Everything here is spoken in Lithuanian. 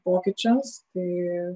pokyčiams tai